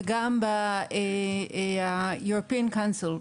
וגם ב-European council,